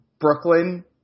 Brooklyn